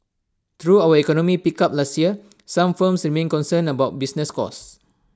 though our economy picked up last year some firms remain concerned about business costs